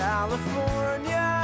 California